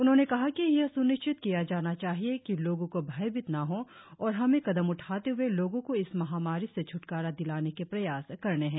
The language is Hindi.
उनहोंने कहा कि यह सुनिश्चित किया जाना चाहिए कि लोगों को भयभीत न हो और हमें कदम उठाते हए लोगों को इस महामारी से छ्टकारा दिलाने के प्रयास करने हैं